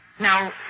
Now